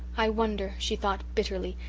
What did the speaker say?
i wonder, she thought bitterly,